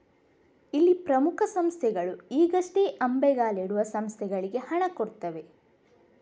ಇಲ್ಲಿ ಪ್ರಮುಖ ಸಂಸ್ಥೆಗಳು ಈಗಷ್ಟೇ ಅಂಬೆಗಾಲಿಡುವ ಸಂಸ್ಥೆಗಳಿಗೆ ಹಣ ಕೊಡ್ತವೆ